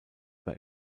bei